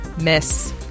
Miss